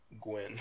Gwen